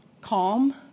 calm